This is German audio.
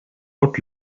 ort